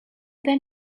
then